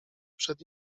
przed